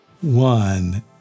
One